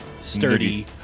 sturdy